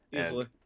easily